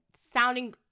sounding